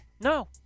no